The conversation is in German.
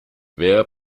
wer